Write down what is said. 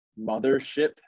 Mothership